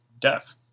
death